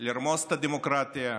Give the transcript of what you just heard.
לרמוס את הדמוקרטיה,